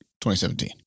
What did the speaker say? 2017